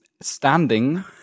standing